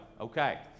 Okay